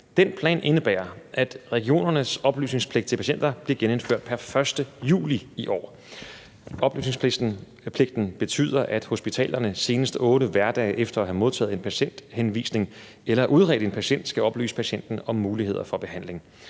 Den plan indebærer, at regionernes oplysningspligt til patienter bliver gennemført pr. 1. juli i år. Oplysningspligten betyder, at hospitalerne senest 8 hverdage efter at have modtaget en patienthenvisning eller efter at have udredt en patient skal oplyse patienten om muligheder for behandling.